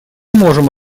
можем